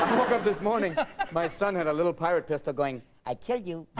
this morning my son had a little pirate pistol going i killed you